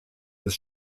des